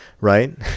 right